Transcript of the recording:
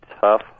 tough